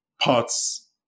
parts